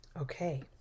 Okay